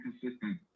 consistent